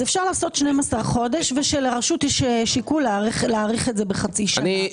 אפשר לעשות 12 חודשים ולרשות יש שיקול להאריך את זה בחצי שנה.